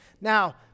Now